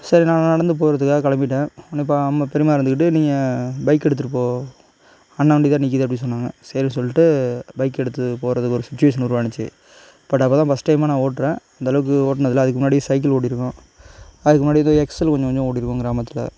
சரி நான் நடந்து போகறதுக்காக கிளம்பிட்டேன் உடனே பா அம்மா பெரிம்மா இருந்துக்கிட்டு நீ பைக்கை எடுத்துகிட்டு போ அண்ணன் வண்டி தான் நிற்கிதே அப்படினு சொன்னாங்க சரின் சொல்லிவிட்டு பைக்கை எடுத்து போகறதுக்கு ஒரு சுச்சிவேஷன் உருவானுச்சு பட் அப்போ தான் ஃபர்ஸ்ட் டைமாக நான் ஓட்டுறேன் அந்த அளவுக்கு ஓட்டுனது இல்லை அதுக்கு முன்னாடி சைக்கிள் ஓட்டிருக்கேன் அதுக்கு முன்னாடி எதோ எக்ஸ்எல் கொஞ்ச கொஞ்சம் ஓட்டிருக்கேன் கிராமத்தில்